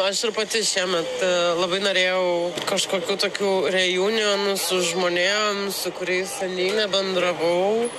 aš ir pati šiemet labai norėjau kažkokių tokių reunijonų su žmonėm su kuriais seniai nebendravau